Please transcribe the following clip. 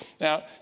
Now